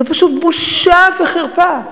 זאת פשוט בושה וחרפה.